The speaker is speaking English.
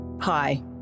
Hi